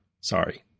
Sorry